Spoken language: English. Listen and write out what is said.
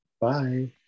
Bye